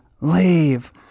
leave